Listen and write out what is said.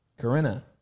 Corinna